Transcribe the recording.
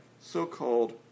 so-called